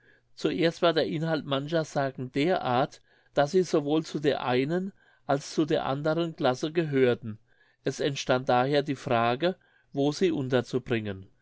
zuerst war der inhalt mancher sagen der art daß sie sowohl zu der einen als zu der anderen classe gehörten es entstand daher die frage wo sie unterzubringen